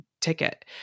ticket